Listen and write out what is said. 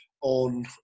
on